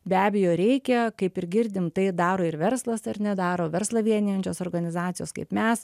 be abejo reikia kaip ir girdim tai daro ir verslas ar ne daro verslą vienijančios organizacijos kaip mes